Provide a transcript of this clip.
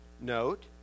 note